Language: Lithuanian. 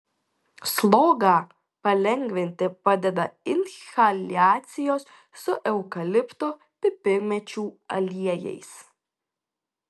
slogą palengvinti padeda inhaliacijos su eukalipto pipirmėčių aliejais